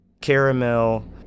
caramel